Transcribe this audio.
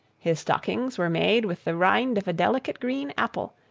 his stockings were made with the rind of a delicate green apple,